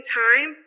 time